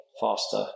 faster